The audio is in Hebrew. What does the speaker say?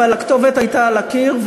אבל הכתובת הייתה על הקיר,